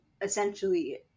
essentially